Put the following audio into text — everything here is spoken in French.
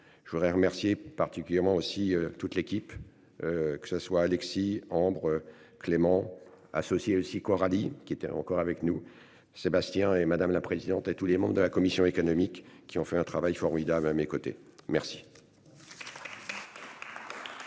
Je voudrais remercier particulièrement aussi toute l'équipe. Que s'soit Alexis Ambre Clément associé aussi Coralie qui était encore avec nous. Sébastien et madame la présidente, et tous les membres de la commission économique qui ont fait un travail formidable. À mes côtés, merci.